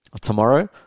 tomorrow